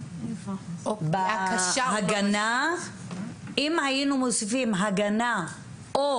אם היינו מוסיפים הגנה או